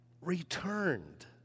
returned